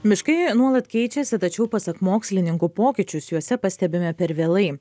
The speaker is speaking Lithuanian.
miškai nuolat keičiasi tačiau pasak mokslininkų pokyčius juose pastebime per vėlai